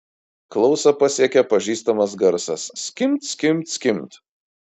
klausą pasiekė pažįstamas garsas skimbt skimbt skimbt